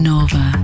Nova